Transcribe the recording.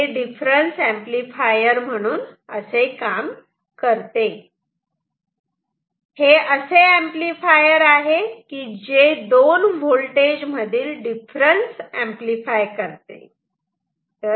तेव्हा हे difference amplifier म्हणून काम करते हे असे एंपलीफायर आहे की जे दोन व्होल्टेज मधील डिफरन्स एंपलीफाय करते